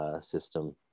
system